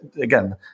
again